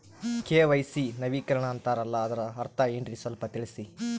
KYC ನವೀಕರಣ ಅಂತಾರಲ್ಲ ಅದರ ಅರ್ಥ ಏನ್ರಿ ಸ್ವಲ್ಪ ತಿಳಸಿ?